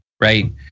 right